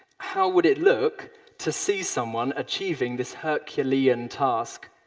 how would it look to see someone achieving this herculean task?